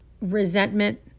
resentment